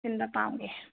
ꯁꯤꯟꯕ ꯄꯥꯝꯒꯦ